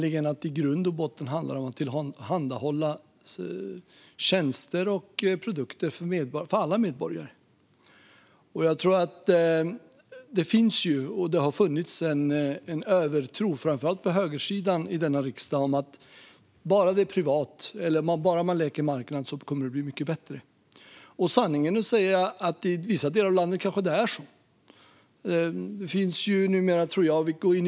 I grund och botten handlar det om att tillhandahålla tjänster och produkter för alla medborgare. Det finns och har funnits en övertro, framför allt på högersidan i denna riksdag, om att det kommer att bli mycket bättre bara det är privat och man leker marknad. Sanningen att säga kanske det är så i vissa delar av landet.